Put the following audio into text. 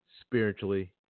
spiritually